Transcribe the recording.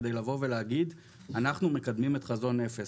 כדי לבוא ולהגיד: אנחנו מקדמים את חזון אפס.